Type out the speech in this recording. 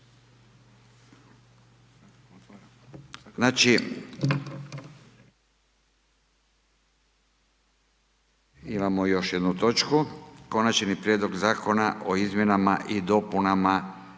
Znači, imamo još jednu točku. Konačni prijedlog Zakona o izmjenama i dopunama